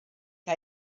que